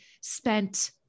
spent